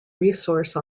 resource